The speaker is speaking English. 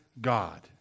God